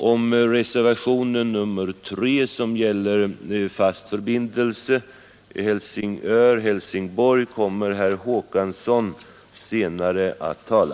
Om reservationen 3, som gäller en fast förbindelse Helsingör—Helsingborg kommer herr Håkansson senare att tala.